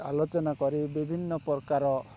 ଆଲୋଚନା କରି ବିଭିନ୍ନ ପ୍ରକାର